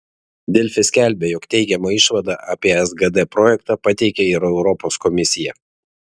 delfi skelbė jog teigiamą išvadą apie sgd projektą pateikė ir europos komisija